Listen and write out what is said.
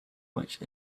which